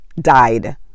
died